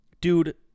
dude